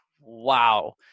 wow